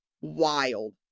Wild